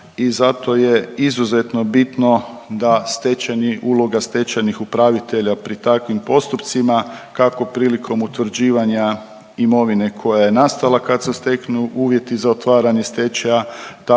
i zato je izuzetno bitno da stečajni, uloga stečajnih upravitelja pri takvim postupcima, kako prilikom utvrđivanja imovine koja je nastala kad se steknu uvjeti za otvaranje stečaja,